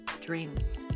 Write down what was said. dreams